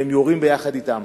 והם יורים יחד אתם.